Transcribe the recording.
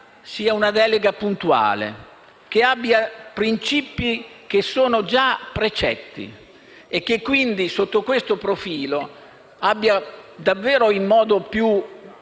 sia una delega puntuale e che abbia principi che sono già precetti e che quindi, sotto questo profilo, abbia davvero, in modo più